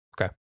Okay